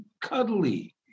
cuddly